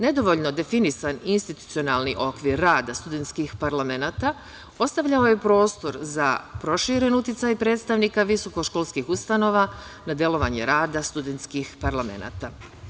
Nedovoljno definisan institucionalni okvir rada studentskih parlamenata ostavljao je prostor za proširen uticaj predstavnika visokoškolskih ustanova na delovanje rada studentskih parlamenata.